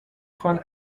von